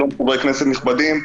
שלום חברי כנסת נכבדים,